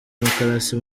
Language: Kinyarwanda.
demokarasi